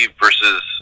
versus